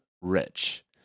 rich